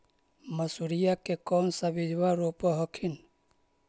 मसुरिया के कौन सा बिजबा रोप हखिन?